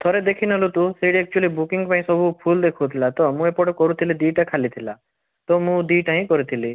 ଥରେ ଦେଖିନେଲୁ ତୁ ସେଇଠି ଏକ୍ଚୌଲି ବୁକିଙ୍ଗ୍ ପାଇଁ ସବୁ ଫୁଲ୍ ଦେଖଉଥିଲା ତ ମୁଁ ଏପଟେ କରୁଥିଲି ଦୁଇ'ଟା ଖାଲି ଥିଲା ତ ମୁଁ ଦୁଇ'ଟା ହିଁ କରିଥିଲି